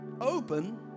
Open